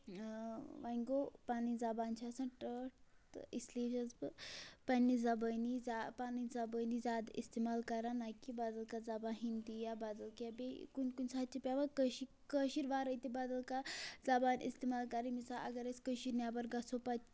وۄنۍ گوٚو پَنٕنۍ زبان چھِ آسان ٹٲٹھ تہٕ اسلیے چھَس بہٕ پَننہِ زبٲنی پَنٕنۍ زَبٲنی زیادٕ اِستعمال کَران نہ کہِ بدل کانٛہہ زَبان ہِندی یا بدل کینٛہہ بیٚیہِ کُنہِ کُنہِ ساتہٕ چھِ پیٚوان کٕش کٲشِر وٲے تہِ بدل کانٛہہ زَبان اِستعمال کَرٕنۍ مثال اَگر أسۍ کٔشیٖرِ نٮ۪بَر گژھو پَتہٕ